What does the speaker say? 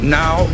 now